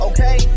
Okay